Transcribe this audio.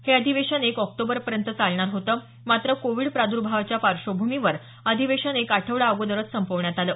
हे अधिवेशन एक ऑक्टोबरपर्यंत चालणार होतं मात्र कोविड प्राद्भावाच्या पार्श्वभूमीवर अधिवेशन एक आठवडा अगोदरच संपवण्यात आलं